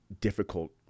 difficult